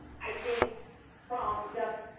i think from just